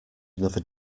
another